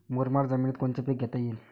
मुरमाड जमिनीत कोनचे पीकं घेता येईन?